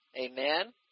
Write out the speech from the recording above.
amen